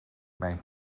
mijn